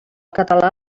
català